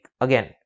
again